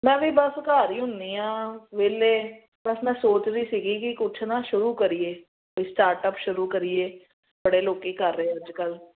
ਮੈਂ ਵੀ ਬਸ ਘਰ ਹੀ ਹੁੰਦੀ ਹਾਂ ਵਿਹਲੇ ਬਸ ਮੈਂ ਸੋਚਦੀ ਸੀਗੀ ਕਿ ਕੁਛ ਨਾ ਸ਼ੁਰੂ ਕਰੀਏ ਕੋਈ ਸਟਾਰਟਅਪ ਸ਼ੁਰੂ ਕਰੀਏ ਬੜੇ ਲੋਕ ਕਰ ਰਹੇ ਅੱਜ ਕੱਲ੍ਹ